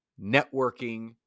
networking